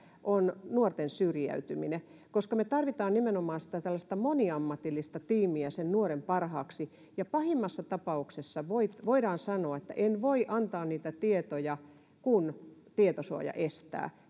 nuorten syrjäytyminen me tarvitsemme nimenomaan moniammatillista tiimiä nuoren parhaaksi ja pahimmassa tapauksessa voidaan sanoa että en voi antaa niitä tietoja kun tietosuoja estää